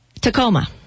Tacoma